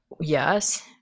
yes